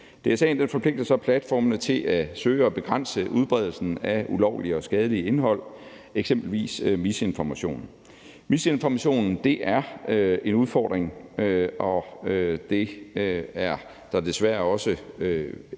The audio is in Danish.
DSA'en forpligter så platformene til at søge at begrænse udbredelsen af ulovligt og skadeligt indhold, eksempelvis misinformation. Misinformationen er en udfordring, og det er der desværre både